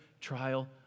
trial